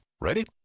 Ready